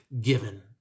given